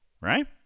right